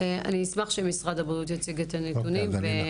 אני אשמח שמשרד הבריאות יציג את הנתונים.